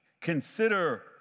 consider